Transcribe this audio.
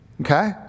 okay